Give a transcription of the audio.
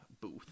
booth